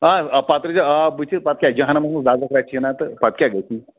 آ پَتہٕ ترٛٲیزِ آب بٕتھِ پَتہٕ کیٛاہ جہانَمس منٛز دزکھ رژھِ ہنا تہٕ پَتہٕ کیٛاہ گژھی